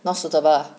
not suitable ah